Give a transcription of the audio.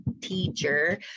teacher